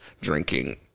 drinking